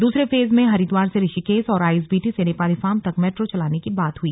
दूसरे फेज में हरिद्वार से ऋषिकेश और आईएसबीटी से नेपाली फार्म तक मेट्रो चलाने की बात हई